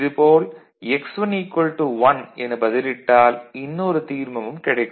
இது போல் x1 1 என பதிலிட்டால் இன்னொரு தீர்மமும் கிடைக்கும்